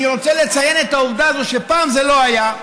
אני רוצה לציין את העובדה הזאת שפעם זה לא היה,